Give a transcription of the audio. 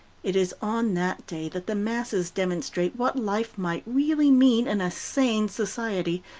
it is on that day that the masses demonstrate what life might really mean in a sane society,